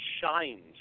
shines